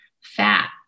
fat